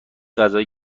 غذای